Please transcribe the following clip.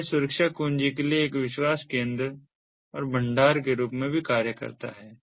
तो यह सुरक्षा कुंजी के लिए एक विश्वास केंद्र और भंडार के रूप में भी कार्य करता है